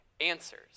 answers